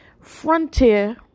Frontier